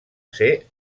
ser